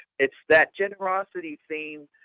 it's that generosity theme.